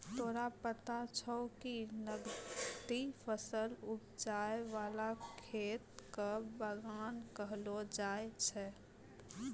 तोरा पता छौं कि नकदी फसल उपजाय वाला खेत कॅ बागान कहलो जाय छै